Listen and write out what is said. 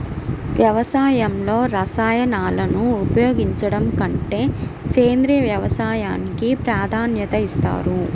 వ్యవసాయంలో రసాయనాలను ఉపయోగించడం కంటే సేంద్రియ వ్యవసాయానికి ప్రాధాన్యత ఇస్తారు